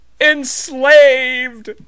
enslaved